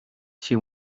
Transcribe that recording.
she